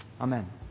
Amen